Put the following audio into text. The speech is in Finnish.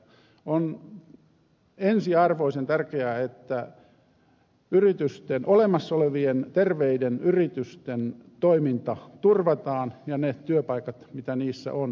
on ensiarvoisen tärkeää että olemassa ole vien terveiden yritysten toiminta turvataan ja ne työpaikat mitä niissä on turvataan